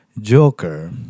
Joker